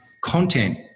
content